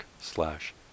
slash